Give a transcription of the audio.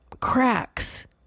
cracks